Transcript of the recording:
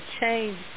change